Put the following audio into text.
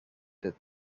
that